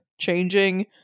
changing